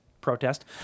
protest